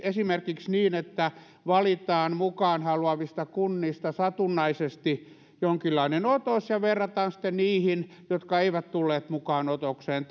esimerkiksi niin että valitaan mukaan haluavista kunnista satunnaisesti jonkinlainen otos ja verrataan sitten niihin jotka eivät tulleet mukaan otokseen